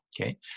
Okay